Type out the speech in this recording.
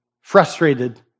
frustrated